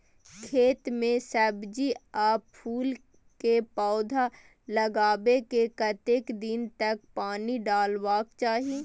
खेत मे सब्जी आ फूल के पौधा लगाबै के कतेक दिन तक पानी डालबाक चाही?